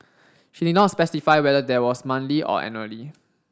she did not specify whether that was monthly or annually